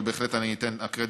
אבל בהחלט אני אתן הקרדיט,